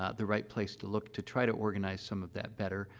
ah the right place to look to try to organize some of that better.